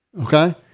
Okay